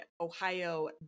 Ohio